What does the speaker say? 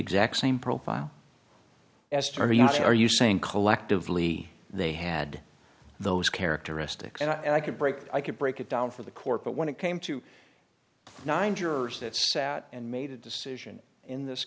exact same profile esther you see are you saying collectively they had those characteristics and i could break i could break it down for the court but when it came to nine jurors that sat and made a decision in this